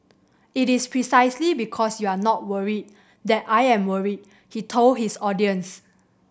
it is precisely because you are not worried that I am worried he told his audience